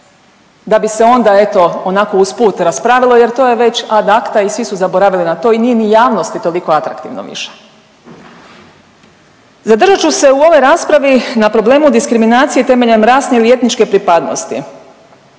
da bi se onda eto onako usput raspravilo, jer to je već ad acta i svi su zaboravili na to i nije ni javnosti toliko atraktivno više. Zadržat ću se u ovoj raspravi na problemu diskriminacije temeljem rasne ili etničke pripadnosti.